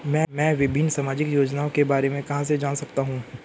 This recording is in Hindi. मैं विभिन्न सामाजिक योजनाओं के बारे में कहां से जान सकता हूं?